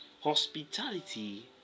hospitality